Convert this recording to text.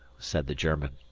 said the german.